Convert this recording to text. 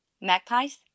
Magpies